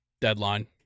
deadline